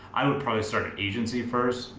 i would probably start an agency first,